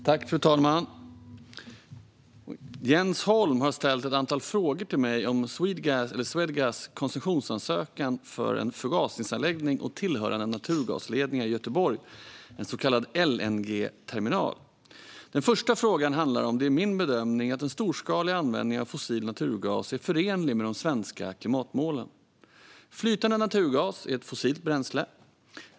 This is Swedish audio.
Fru ålderspresident! Jens Holm har ställt ett antal frågor till mig om Swedegas koncessionsansökan för en förgasningsanläggning och tillhörande naturgasledningar i Göteborg, en så kallad LNG-terminal. Den första frågan handlar om det är min bedömning att en storskalig användning av fossil naturgas är förenlig med de svenska klimatmålen. Flytande naturgas är ett fossilt bränsle.